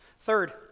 Third